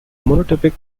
monotypic